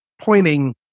pointing